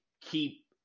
keep